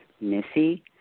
Missy